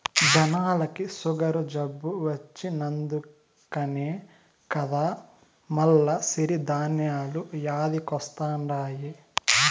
జనాలకి సుగరు జబ్బు వచ్చినంకనే కదా మల్ల సిరి ధాన్యాలు యాదికొస్తండాయి